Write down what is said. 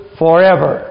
forever